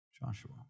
Joshua